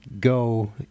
go